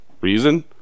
reason